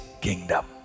kingdom